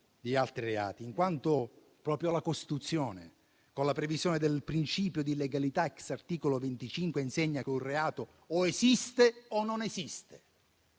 di altri reati, in quanto proprio la Costituzione, con la previsione del principio di legalità *ex* articolo 25, insegna che un reato o esiste o non esiste.